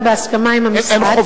תגישו אתם במשרד את